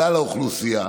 כלל האוכלוסייה.